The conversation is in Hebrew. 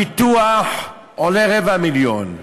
הפיתוח עולה רבע מיליון,